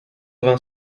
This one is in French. vingt